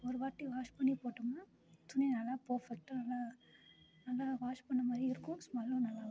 ஒரு வாட்டி வாஷ் பண்ணிப்போட்டோம்னா துணி நல்லா ஃபெர்பெக்ட்டாக நல்லா வாஷ் பண்ணமாதிரி இருக்கும் ஸ்மெல்லும் நல்லா வரும்